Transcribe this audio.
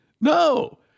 No